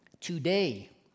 Today